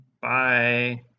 bye